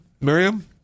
Miriam